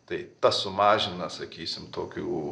tai tas sumažina sakysim tokių